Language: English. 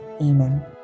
Amen